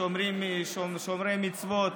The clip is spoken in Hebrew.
שומרי מצוות,